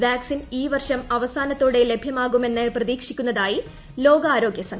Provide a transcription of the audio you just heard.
vaccine ഈ വർഷം അവസാനത്തോടെ ലഭ്യമാകുമെന്ന് പ്രതീക്ഷിക്കുന്നതായി ലോകാരോഗ്യസംഘടന